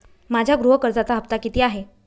माझ्या गृह कर्जाचा हफ्ता किती आहे?